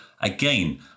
again